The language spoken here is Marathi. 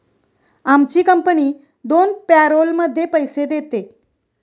आमची कंपनी दोन पॅरोलमध्ये पैसे देते